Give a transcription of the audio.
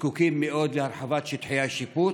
זקוקים מאוד להרחבת שטחי השיפוט,